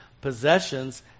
possessions